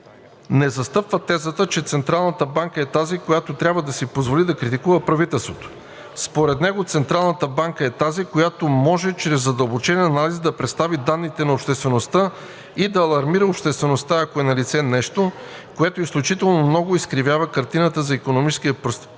не застъпва тезата, че Централната банка е тази, която трябва да си позволи да критикува правителството. Според него Централната банка е тази, която може чрез задълбочен анализ да представи данните на обществеността и да алармира обществеността, ако е налице нещо, което изключително много изкривява картината за икономическия просперитет